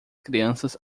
crianças